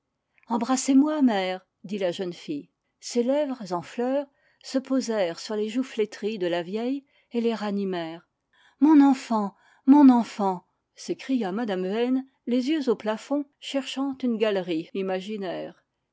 embrassez-moi mère dit la jeune fille ses lèvres en fleur se posèrent sur les joues flétries de la vieille et les ranimèrent mon enfant mon enfant s'écria mme yane les yeux au plafond cherchant une galerie imaginaire